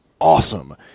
awesome